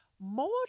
more